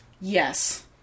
Yes